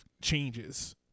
changes